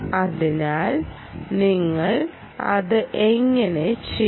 അതിനാൽ നിങ്ങൾ അത് എങ്ങനെ ചെയ്യും